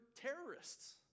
terrorists